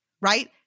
right